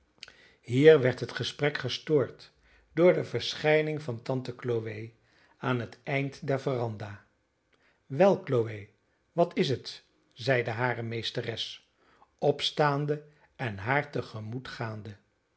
hier werd het gesprek gestoord door de verschijning van tante chloe aan het eind der veranda wel chloe wat is het zeide hare meesteres opstaande en haar tegemoet gaande